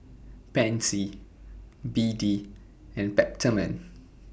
Pansy B D and Peptamen